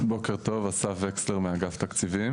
בוקר טוב, אסף וקסלר מאגף התקציבים.